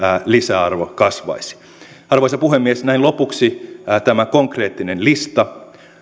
lisäarvo kasvaisi arvoisa puhemies näin lopuksi tämä konkreettinen lista